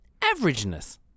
averageness